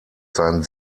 seinen